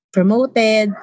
Promoted